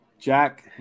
Jack